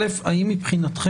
האחת,